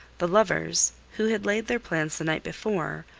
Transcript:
the lovers, who had laid their plans the night before,